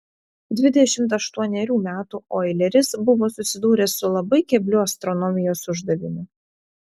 dvidešimt aštuonerių metų oileris buvo susidūręs su labai kebliu astronomijos uždaviniu